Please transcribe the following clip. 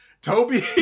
Toby